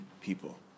people